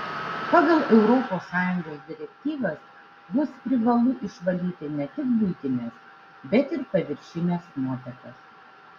pagal europos sąjungos direktyvas bus privalu išvalyti ne tik buitines bet ir paviršines nuotekas